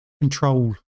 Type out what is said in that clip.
control